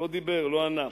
לא דיבר, לא ענה.